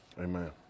Amen